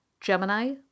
Gemini